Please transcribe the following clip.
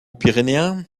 pyrénéen